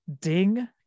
Ding